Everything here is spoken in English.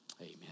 Amen